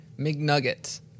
McNuggets